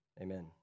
Amen